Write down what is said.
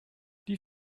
die